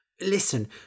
Listen